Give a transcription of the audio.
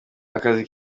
akazi